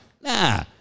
Nah